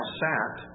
sat